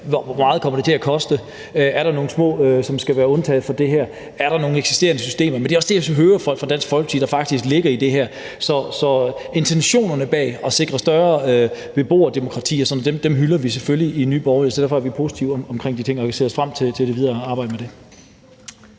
Hvor meget kommer det til at koste? Er der nogle små organisationer, som skal være undtaget? Er der nogle eksisterende systemer? Det er også det, jeg hører fra Dansk Folkeparti faktisk ligger i det her. Så intentionen om at sikre øget beboerdemokrati hylder vi selvfølgelig i Nye Borgerlige. Derfor er vi positive over for de ting, og vi ser frem til det videre arbejde med det.